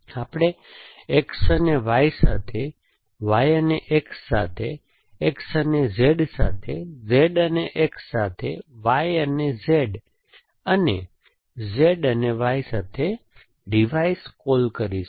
આપણે X અને Y સાથે Y અને X સાથે X અને Z સાથે Z અને X સાથે Y અને Z અને Z અને Y સાથે રિવાઇઝ કૉલ કરીશું